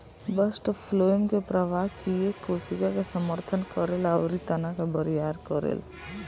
bast phloem के प्रवाह किये कोशिका के समर्थन करेला अउरी तना के बरियार करेला